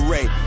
Ray